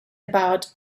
about